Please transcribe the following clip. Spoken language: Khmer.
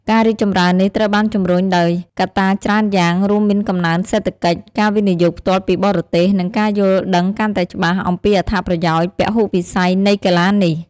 ការរីកចម្រើននេះត្រូវបានជំរុញដោយកត្តាច្រើនយ៉ាង រួមមានកំណើនសេដ្ឋកិច្ច ការវិនិយោគផ្ទាល់ពីបរទេស និងការយល់ដឹងកាន់តែច្បាស់អំពីអត្ថប្រយោជន៍ពហុវិស័យនៃកីឡានេះ។